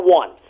one